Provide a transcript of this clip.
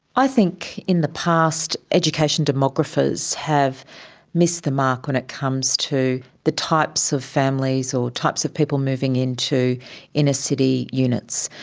i think in the past, education demographers have missed the mark when it comes to the types of families or types of people moving into inner-city units.